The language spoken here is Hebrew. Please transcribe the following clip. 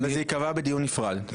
זה ייקבע בדיון נפרד.